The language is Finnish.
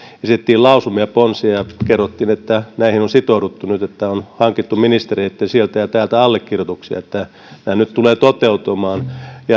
esitettiin lausumia ja ponsia ja kerrottiin että näihin on sitouduttu nyt että on hankittu ministereiltä sieltä ja täältä allekirjoituksia että nämä nyt tulevat toteutumaan